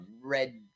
Red